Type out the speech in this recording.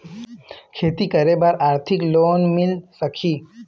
खेती करे बर आरथिक लोन मिल सकही?